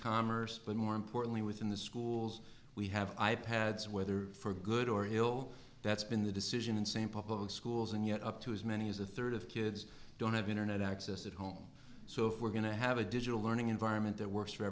commerce but more importantly within the schools we have i pads whether for good or ill that's been the decision and see in public schools and yet up to as many as a third of kids don't have internet access at home so if we're going to have a digital learning environment that works for